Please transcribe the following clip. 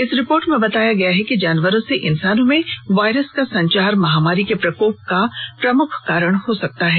इस रिपोर्ट में बताया गया है कि जानवरों से इंसानों में वायरस का संचार महामारी के प्रकोप का प्रमुख कारण हो सकता है